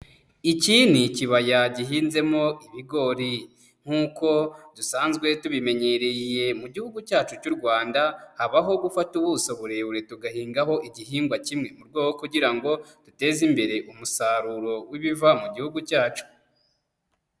Iki ni ikibaya gihinzemo ibigori, nkuko dusanzwe tubimenyereye mu gihugu cyacu cy'u Rwanda habaho gufata ubuso burebure tugahingaho igihingwa kimwe, mu rwego rwo kugira ngo duteze imbere umusaruro w'ibiva mu gihugu cyacu.